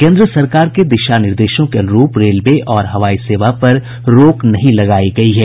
केन्द्र सरकार के दिशा निर्देशों के अनुरूप रेलवे और हवाई सेवा पर रोक नहीं लगायी गयी है